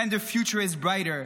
then the future is brighter.